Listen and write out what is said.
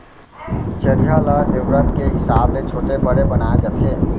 चरिहा ल जरूरत के हिसाब ले छोटे बड़े बनाए जाथे